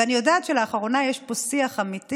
ואני יודעת שלאחרונה יש פה שיח אמיתי